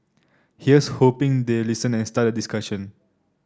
here's hoping they listen and start a discussion